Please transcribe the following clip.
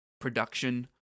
production